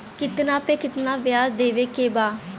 कितना पे कितना व्याज देवे के बा?